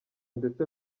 ndetse